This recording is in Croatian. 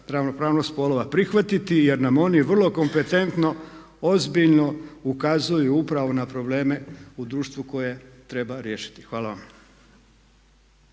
ravnopravnost spolova prihvatiti jer nam oni vrlo kompetentno ozbiljno ukazuju upravo na probleme u društvu koje treba riješiti. Hvala vam.